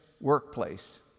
workplace